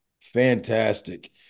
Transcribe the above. Fantastic